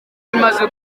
imaze